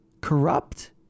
corrupt